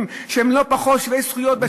שהם לא פחות שווי זכויות ממשלם מסים?